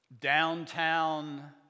downtown